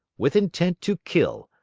with intent to kill,